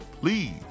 please